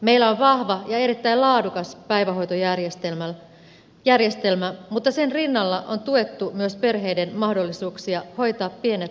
meillä on vahva ja erittäin laadukas päivähoitojärjestelmä mutta sen rinnalla on tuettu myös perheiden mahdollisuuksia hoitaa pienet lapset kotona